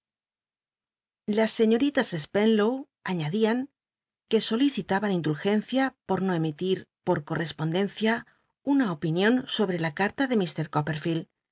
las señoritas spenlow añadían que solicitaban indulgencia por no emiti r por correspondcncia una opinion sobr e la carla de mr coppcrficld